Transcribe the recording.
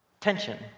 Tension